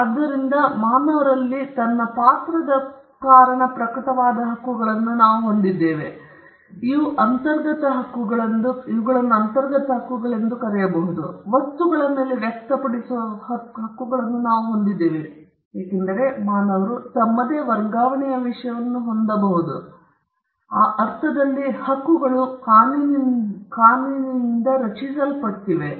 ಆದ್ದರಿಂದ ಮಾನವರಲ್ಲಿ ತನ್ನ ಪಾತ್ರದ ಕಾರಣ ಪ್ರಕಟವಾದ ಹಕ್ಕುಗಳನ್ನು ನಾವು ಹೊಂದಿದ್ದೇವೆ ನಾವು ಅಂತರ್ಗತ ಹಕ್ಕುಗಳನ್ನು ಕರೆಯಬಹುದು ಮತ್ತು ವಸ್ತುಗಳ ಮೇಲೆ ವ್ಯಕ್ತಪಡಿಸುವ ಹಕ್ಕುಗಳನ್ನು ನಾವು ಹೊಂದಿದ್ದೇವೆ ಏಕೆಂದರೆ ಮಾನವರು ತಮ್ಮದೇ ವರ್ಗಾವಣೆಯ ವಿಷಯಗಳನ್ನು ಹೊಂದಬಹುದು ಆ ಅರ್ಥದಲ್ಲಿ ಕಾನೂನುಗಳು ಕಾನೂನಿನಿಂದ ರಚಿಸಲ್ಪಟ್ಟಿವೆ